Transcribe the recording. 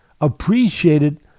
appreciated